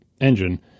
engine